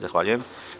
Zahvaljujem.